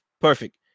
Perfect